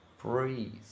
Breathe